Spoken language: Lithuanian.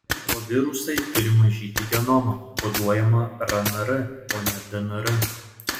retrovirusai turi mažyti genomą koduojamą rnr o ne dnr